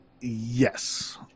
yes